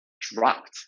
dropped